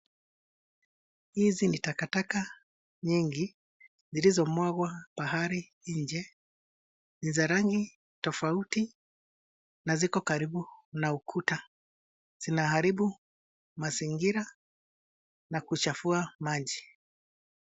Hizi ni takataka nyingi zilizomwagwa pahali nje. Ni za rangi tofauti na ziko karibu na ukuta. Zinaharibu mazingira na kuchafua maji.